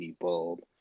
bulb